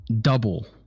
double